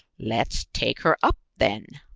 let's take her up then.